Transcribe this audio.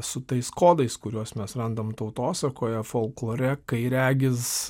su tais kodais kuriuos mes randam tautosakoje folklore kai regis